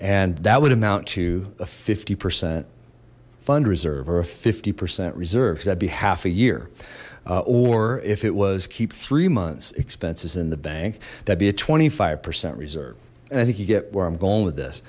and that would amount to a fifty percent fund reserve or a fifty percent reserves that'd be half a year or if it was keep three months expenses in the bank that'd be a twenty five percent reserve and i think you get where i'm going with this